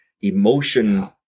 Emotion